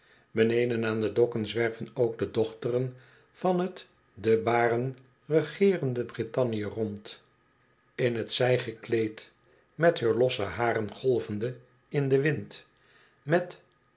beneden aan de dokken zwerven ook de docht eren van t de baren regeerende brittannië rond in t zij gekleed met heur losse haren golvende in den wind met